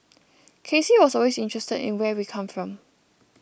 K C was always interested in where we come from